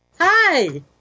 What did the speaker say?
Hi